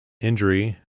Injury